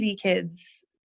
kids